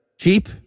cheap